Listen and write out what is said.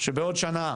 שבעוד שנה,